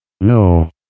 No